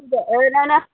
ओइ नै नै